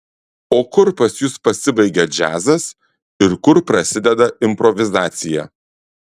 o kur pas jus pasibaigia džiazas ir kur prasideda improvizacija